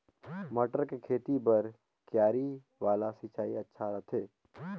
मटर के खेती बर क्यारी वाला सिंचाई अच्छा रथे?